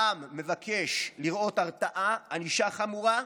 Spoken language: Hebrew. העם מבקש לראות הרתעה, ענישה חמורה,